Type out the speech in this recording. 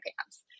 pants